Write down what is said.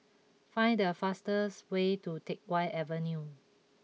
find the fastest way to Teck Whye Avenue